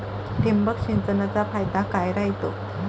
ठिबक सिंचनचा फायदा काय राह्यतो?